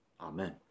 Amen